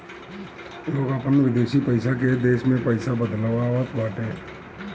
लोग अपन विदेशी पईसा के देश में पईसा में बदलवावत बाटे